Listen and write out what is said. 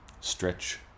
Stretch